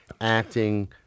acting